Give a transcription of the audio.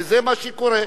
וזה מה שקורה.